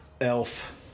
Elf